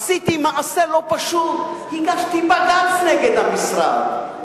עשיתי מעשה לא פשוט, הגשתי בג"ץ נגד המשרד.